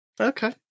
Okay